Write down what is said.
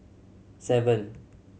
seven